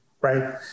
Right